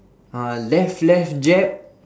uh left left jab